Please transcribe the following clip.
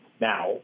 Now